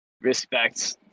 respect